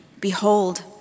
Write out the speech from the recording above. behold